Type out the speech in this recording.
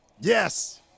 Yes